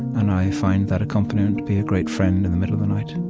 and i find that accompaniment to be a great friend in the middle of the night